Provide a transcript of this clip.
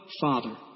father